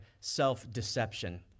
self-deception